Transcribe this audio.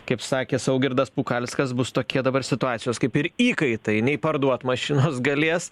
kaip sakė saugirdas pukalskas bus tokie dabar situacijos kaip ir įkaitai nei parduot mašinos galės